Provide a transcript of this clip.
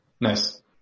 Nice